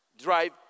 drive